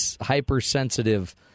hypersensitive